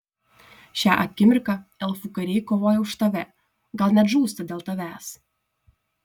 šią akimirką elfų kariai kovoja už tave gal net žūsta dėl tavęs